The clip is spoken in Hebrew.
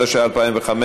התשע"ה 2015,